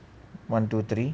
one two three